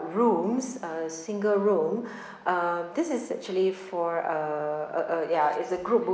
rooms uh single room uh this is actually for uh uh uh ya it's a group